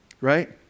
Right